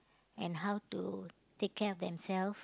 and how to take care of themselves